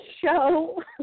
show